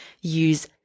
use